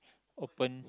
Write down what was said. open